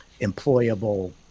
employable